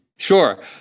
Sure